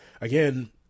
again